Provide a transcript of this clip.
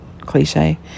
cliche